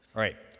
right.